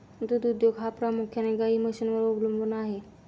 दूध उद्योग हा प्रामुख्याने गाई म्हशींवर अवलंबून आहे